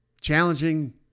challenging